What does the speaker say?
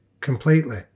completely